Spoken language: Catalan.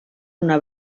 una